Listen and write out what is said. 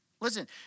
listen